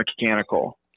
mechanical